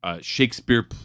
Shakespeare